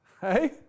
Hey